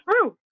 true